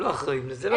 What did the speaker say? הם לא אחראים לזה.